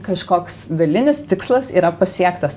kažkoks dalinis tikslas yra pasiektas